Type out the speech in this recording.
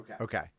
Okay